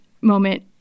moment